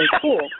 cool